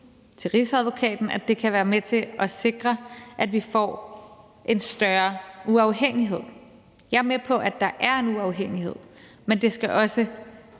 til Rigsadvokaten, at det kan være med til at sikre, at vi får en større uafhængighed. Jeg er med på, at der er en uafhængighed, men den skal også